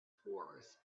horse